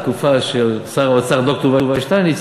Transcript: בתקופה של שר האוצר ד"ר יובל שטייניץ,